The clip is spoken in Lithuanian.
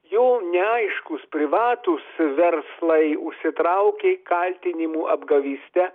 jo neaiškūs privatūs verslai užsitraukė kaltinimų apgavyste